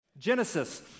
Genesis